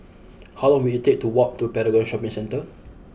how long will it take to walk to Paragon Shopping Centre